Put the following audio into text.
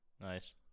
Nice